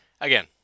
again